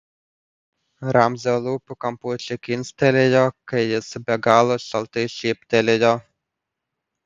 ramzio lūpų kampučiai kilstelėjo kai jis be galo šaltai šyptelėjo